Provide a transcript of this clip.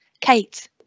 Kate